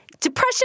Depression